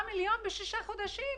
זה 9 מיליון בשישה חודשים.